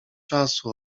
czasu